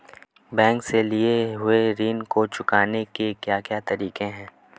Bank से लिए हुए ऋण को चुकाने के क्या क्या तरीके हैं?